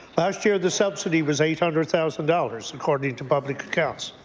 last year the subsidy was eight hundred thousand dollars according to public accounts.